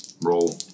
roll